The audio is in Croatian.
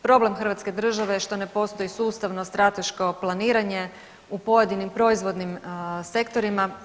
Problem Hrvatske države je što ne postoji sustavno strateško planiranje u pojedinim proizvodnim sektorima.